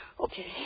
okay